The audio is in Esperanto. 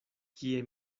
kie